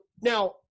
Now